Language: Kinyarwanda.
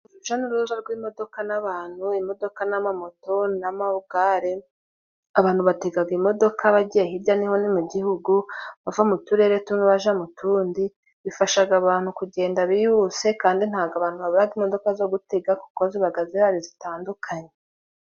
Urujya n'uruza rw'imodoka n'abantu , imodoka n'amamoto n'amagare. Abantu batega imodoka bagiye hirya no hino mu gihugu bava mu turere tumwe bajya mu tundi, bifasha abantu kugenda bihuse kandi ntabwo abantu babura imodoka zo gutega kuko ziba zihari zitandukanye.